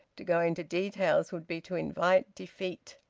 to go into details would be to invite defeat.